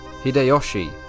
Hideyoshi